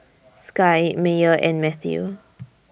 Sky Meyer and Mathew